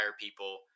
people